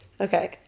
okay